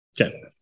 Okay